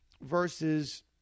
versus